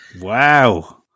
Wow